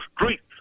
streets